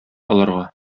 аларга